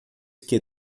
que